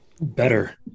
Better